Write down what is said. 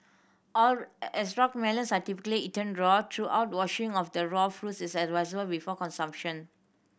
are as rock melons are typically eaten raw thorough washing of the raw fruits is advisable before consumption